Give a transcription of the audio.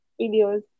videos